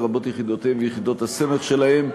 לרבות יחידותיהם ויחידות הסמך שלהם,